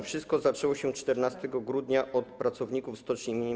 Wszystko zaczęło się 14 grudnia od pracowników stoczni im.